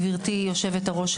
גברתי היושבת-ראש,